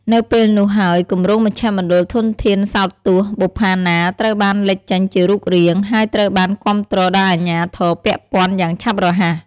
នៅពេលនោះហើយគម្រោងមជ្ឈមណ្ឌលធនធានសោទស្សន៍បុប្ផាណាត្រូវបានលេចចេញជារូបរាង ហើយត្រូវបានគាំទ្រដោយអាជ្ញាធរពាក់ព័ន្ធយ៉ាងឆាប់រហ័ស។